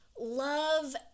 love